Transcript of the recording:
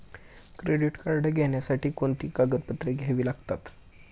Credit card घेण्यासाठी कोणती कागदपत्रे घ्यावी लागतात?